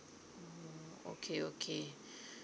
okay okay